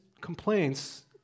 complaints